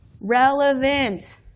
relevant